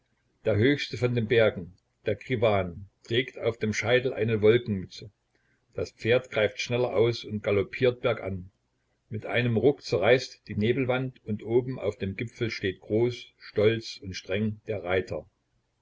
der höchste von den bergen der krivan trägt auf dem scheitel eine wolkenmütze das pferd greift schneller aus und galloppiert bergan mit einem ruck zerreißt die nebelwand und oben auf dem gipfel steht groß stolz und streng der reiter